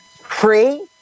Free